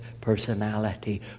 personality